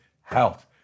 health